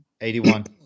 81